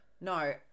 No